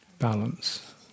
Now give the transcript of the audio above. balance